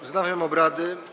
Wznawiam obrady.